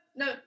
no